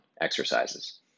exercises